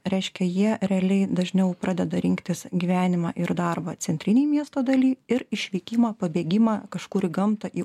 reiškia jie realiai dažniau pradeda rinktis gyvenimą ir darbą centrinėj miesto daly ir išvykimą pabėgimą kažkur į gamtą į